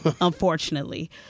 unfortunately